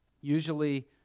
usually